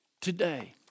Today